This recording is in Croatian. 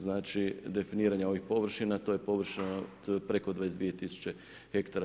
Znači definiranje ovih površina, to je površina preko 22 tisuće hektara.